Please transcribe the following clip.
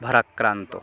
ভারাক্রান্ত